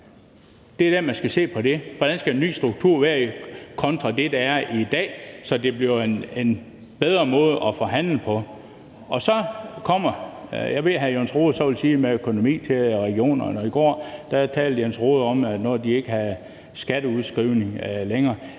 Det er der, man skal se på det. Hvordan skal en ny struktur være kontra det, der er i dag, så det bliver en bedre måde at forhandle på? Jeg ved, at hr. Jens Rohde så vil sige noget om økonomien i regionerne, og i går talte Jens Rohde om, at de ikke havde skatteudskrivning længere.